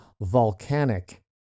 volcanic